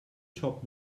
top